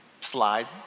slide